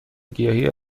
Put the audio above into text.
گیاهی